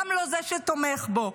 גם לא מזה שתומך בו.